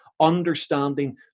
understanding